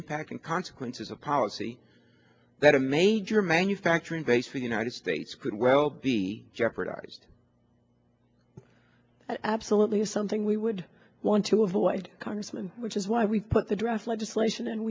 impact and consequences of policy that a major manufacturing base for the united states could well be jeopardized absolutely something we would want to avoid congressman which is why we put the draft legislation and